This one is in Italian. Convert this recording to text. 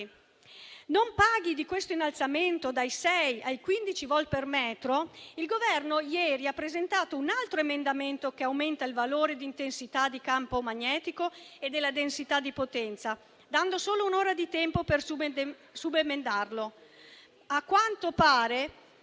Non paghi di questo innalzamento dai 6 ai 15 volt per metro, il Governo ieri ha presentato un altro emendamento che aumenta il valore di intensità di campo magnetico e della densità di potenza, dando solo un'ora di tempo per subemendarlo. A quanto pare,